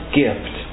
gift